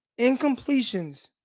incompletions